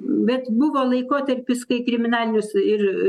bet buvo laikotarpis kai kriminalinius ir